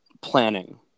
planning